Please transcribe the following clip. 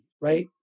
right